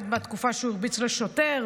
עוד בתקופה שהוא הרביץ לשוטר,